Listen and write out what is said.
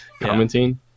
commenting